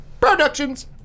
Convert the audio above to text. Productions